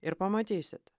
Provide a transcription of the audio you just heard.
ir pamatysit